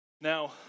Now